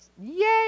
Yay